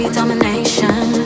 Domination